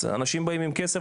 אנשים באים עם כסף,